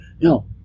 no